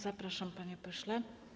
Zapraszam, panie pośle.